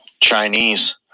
Chinese